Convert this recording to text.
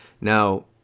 Now